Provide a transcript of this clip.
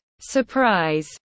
surprise